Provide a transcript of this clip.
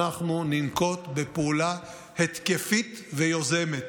אנחנו ננקוט פעולה התקפית ויוזמת.